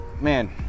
man